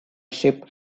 sheep